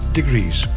degrees